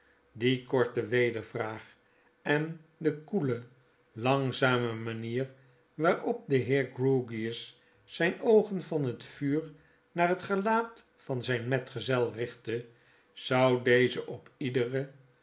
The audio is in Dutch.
die korte wedervraag en de koele langzame manier waarop de heer grewgious zgne oogen van het vuur naar het gelaat van zgn metgezel richtte zou dezen op iederen